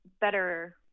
better